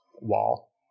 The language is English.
wall